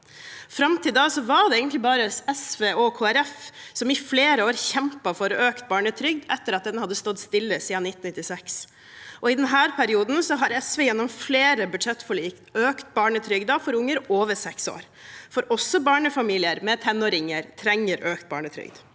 Fram til da var det egentlig bare SV og Kristelig Folkeparti som i flere år kjempet for økt barnetrygd, etter at den hadde stått stille siden 1996. I denne perioden har SV gjennom flere budsjettforlik økt barnetrygden for unger over seks år, for også barnefamilier med tenåringer trenger økt barnetrygd.